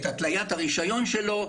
את התליית הרישיון שלו,